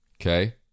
Okay